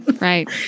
Right